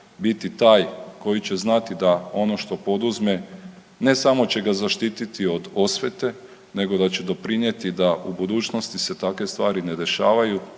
biti taj koji će znati da ono što poduzme ne samo će ga zaštiti od osvete nego da će doprinjeti da u budućnosti se takve stvari ne dešavaju